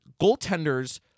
Goaltenders